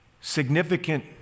significant